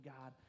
God